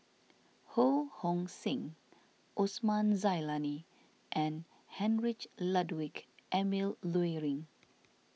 Ho Hong Sing Osman Zailani and Heinrich Ludwig Emil Luering